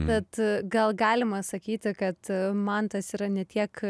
bet gal galima sakyti kad mantas yra ne tiek